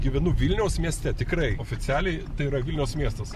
gyvenu vilniaus mieste tikrai oficialiai tai yra vilniaus miestas